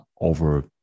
over